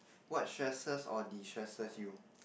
what stresses or destresses you